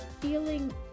feeling